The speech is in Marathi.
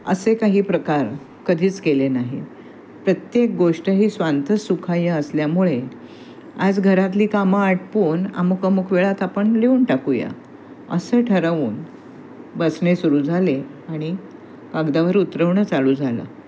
असे काही प्रकार कधीच केले नाही प्रत्येक गोष्ट ही स्वांतः सुखाय असल्यामुळे आज घरातली कामं आटपून अमुक अमुक वेळात आपण लिहून टाकूया असं ठरवून बसणे सुरू झाले आणि कागदावर उतरवणं चालू झालं